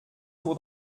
tour